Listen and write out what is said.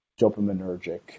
dopaminergic